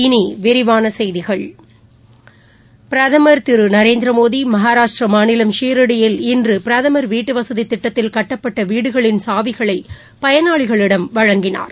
இனிவிரிவானசெய்திகள் பிரதமர் திருநரேந்திரமோடிமகாராஷ்டிரமாநிலம் சீரடியில் இன்றுபிரதமர் வீட்டுவசதிதிட்டத்தில் கட்டப்பட்டவீடுகளில் சாவிகளைபயனாளிகளிடம் வழங்கினார்